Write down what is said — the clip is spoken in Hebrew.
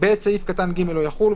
(ב)סעיף קטן (ג) לא יחול,